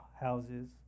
houses